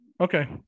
okay